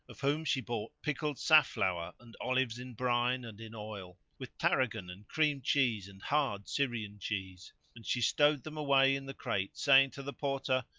of whom she bought pickled safflower and olives, in brine and in oil with tarragon and cream cheese and hard syrian cheese and she stowed them away in the crate saying to the porter,